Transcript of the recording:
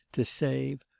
to save.